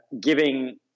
giving